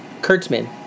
Kurtzman